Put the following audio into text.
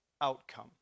outcome